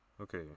Okay